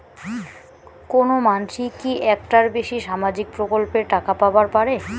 কোনো মানসি কি একটার বেশি সামাজিক প্রকল্পের টাকা পাবার পারে?